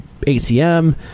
ATM